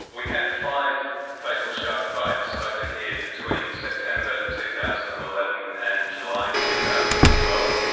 we had five fatal shark bites over here between september two thousand and eleven and july two thousand and twelve,